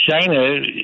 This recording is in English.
china